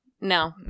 No